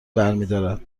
برمیدارد